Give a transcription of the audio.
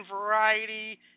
Variety